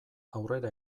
aurrera